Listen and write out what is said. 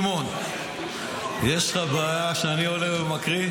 סימון, יש לך בעיה עם זה שאני עולה ומקריא?